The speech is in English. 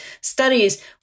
studies